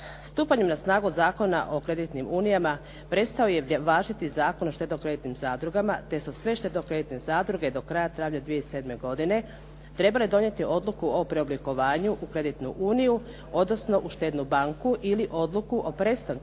Stupanjem na snagu Zakona o kreditnim unijama prestao je važiti Zakon o štedno-kreditnim zadrugama te su sve štedno-kreditne zadruge do kraja travnja 2007. godine trebale donijeti odluku o preoblikovanju u kreditnu uniju odnosno u štednu banku ili odluku o prestanku